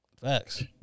facts